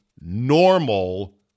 normal